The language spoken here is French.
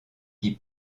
qui